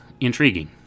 intriguing